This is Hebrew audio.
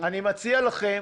אני מציע לכם